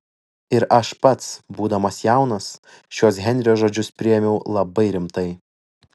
ir aš pats būdamas jaunas šiuos henrio žodžius priėmiau labai rimtai